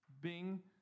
Bing